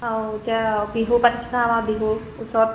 আৰু এতিয়া বিহু পাতিছে নহয় আমাৰ বিহু ওচৰত